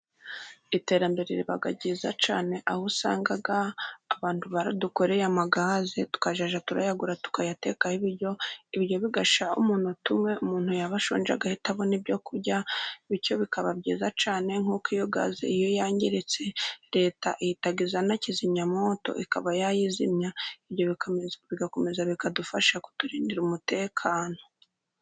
Iterambere riba ryiza cyane, aho usanga abantu baradukoreye amagaze tukazajya tuyagura tukayatekaho ibiryo, ibiryo bigashya umunota umwe, umuntu yabashonje agahita abona ibyo kurya, bityo bikaba byiza cyane nkuko iyo gaze iyo yangiritse, Reta ihita izana kizimyamwoto ikaba yayizimya, ibyo bigakomeza bikadufasha kuturindira umutekano.